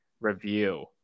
review